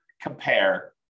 compare